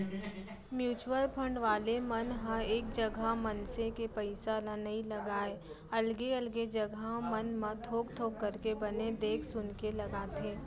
mutual fund वाले मन ह एक जगा मनसे के पइसा ल नइ लगाय अलगे अलगे जघा मन म थोक थोक करके बने देख सुनके लगाथे